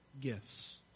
gifts